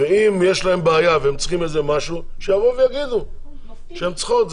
אם יש להם בעיה והם צריכים איזה משהו שיבואו ויגידו שהן צריכות,